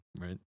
Right